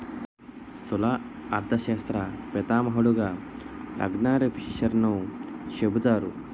స్థూల అర్థశాస్త్ర పితామహుడుగా రగ్నార్ఫిషర్ను చెబుతారు